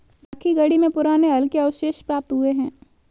राखीगढ़ी में पुराने हल के अवशेष प्राप्त हुए हैं